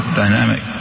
dynamic